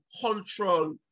cultural